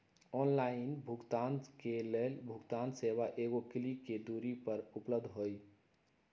online भुगतान के लेल भुगतान सेवा एगो क्लिक के दूरी पर उपलब्ध हइ